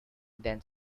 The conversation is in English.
than